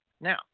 Now